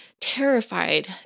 terrified